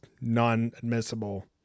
non-admissible